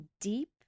deep